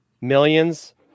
millions